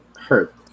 hurt